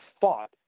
fought